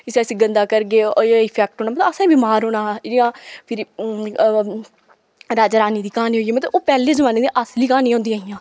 इसी अस गंदा करगे एह् एह् इफैक्ट होना मतलब असें गै बिमार होना जां फिरी राजा रानी दी क्हानी होई गेई मतलब ओह् पैह्ले जमाने दियां असली क्हानियां होंदियां हियां